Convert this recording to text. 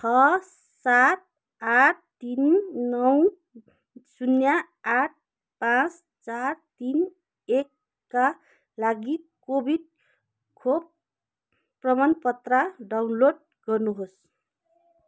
छ सात आठ तिन नौ शून्य आठ पाँच चार तिन एकका लागि कोभिड खोप प्रमाणपत्र डाउनलोड गर्नुहोस्